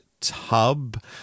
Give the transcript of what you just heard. tub